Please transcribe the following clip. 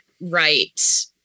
right